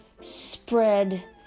Spread